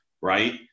right